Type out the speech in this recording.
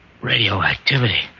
Radioactivity